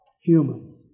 human